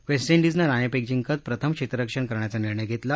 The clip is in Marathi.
वेस्ट डिजनं नाणेफेक जिंकत प्रथम क्षेत्ररक्षण करण्याचा निर्णय घेतला